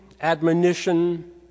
admonition